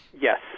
Yes